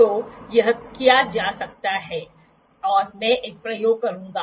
तो यह किया जा सकता है और मैं एक प्रयोग करूंगा